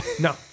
No